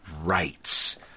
rights